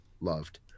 loved